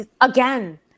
again